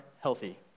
healthy